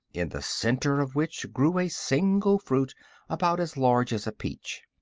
in the center of which grew a single fruit about as large as a peach.